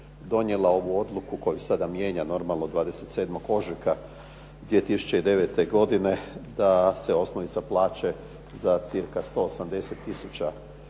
donijela ovu odluku koju sada mijenja normalno 27. ožujka 2009. godine da se osnovica plaće za cca 180 tisuća